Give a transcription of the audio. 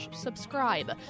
subscribe